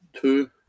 Two